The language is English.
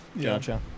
Gotcha